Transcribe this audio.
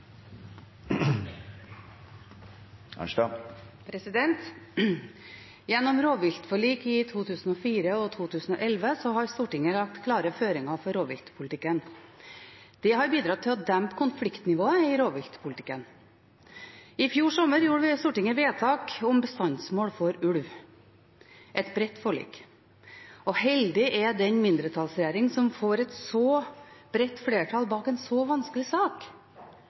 2011 har Stortinget lagt klare føringer for rovviltpolitikken. Det har bidratt til å dempe konfliktnivået i rovviltpolitikken. I fjor sommer gjorde Stortinget vedtak om bestandsmål for ulv – et bredt forlik. Heldig er den mindretallsregjering som får et så bredt flertall bak en så vanskelig sak!